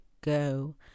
go